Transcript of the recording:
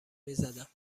میزدم